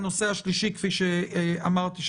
כי בינתיים בוועדת הכספים הקירות יונקים גפני,